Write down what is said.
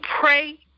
pray